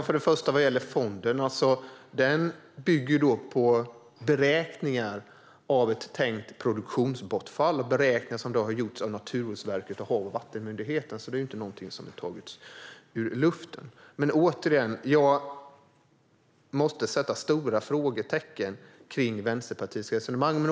Herr talman! Vad gäller fonden bygger den på beräkningar av ett tänkt produktionsbortfall. Beräkningarna har gjorts av Naturvårdsverket och Havs och vattenmyndigheten, så det är inte någonting som är taget ur luften. Jag vill än en gång sätta stora frågetecken kring Vänsterpartiets resonemang.